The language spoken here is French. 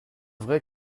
vrai